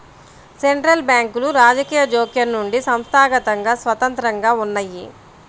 central బ్యాంకులు రాజకీయ జోక్యం నుండి సంస్థాగతంగా స్వతంత్రంగా ఉన్నయ్యి